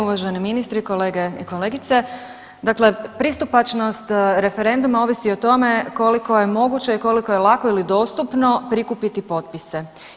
Uvaženi ministri, kolege i kolegice, dakle pristupačnost referenduma ovisi o tome koliko je moguće i koliko je lako ili dostupno prikupiti potpise.